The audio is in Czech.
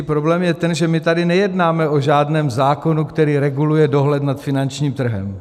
Problém je ten, že my tady nejednáme o žádném zákonu, který reguluje dohled nad finančním trhem.